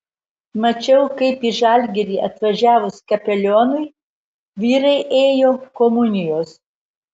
mačiau kaip į žalgirį atvažiavus kapelionui vyrai ėjo komunijos